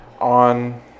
on